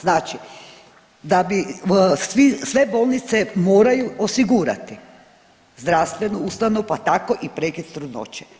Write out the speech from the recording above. Znači da bi sve bolnice moraju osigurati zdravstvenu ustanovu pa tako i prekid trudnoće.